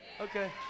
Okay